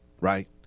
right